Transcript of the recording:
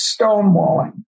stonewalling